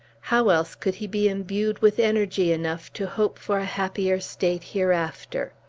how else could he be imbued with energy enough to hope for a happier state hereafter?